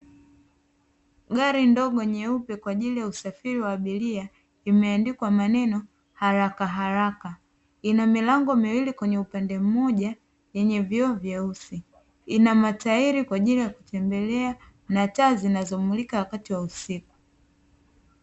Gari ndogo nyeupe kwa ajili ya usafiri wa abiria imeandikwa maneno "haraka haraka", ina milango miwili kwenye upande mmoja yenye vioo vyeusi, ina matairi kwa ajili ya kutembelea na taa zinazomulika wakati wa usiku.